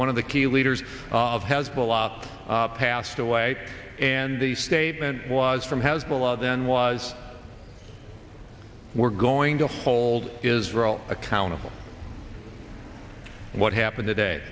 one of the key leaders of hezbollah up passed away and the statement was from hezbollah then was we're going to hold israel accountable what happened today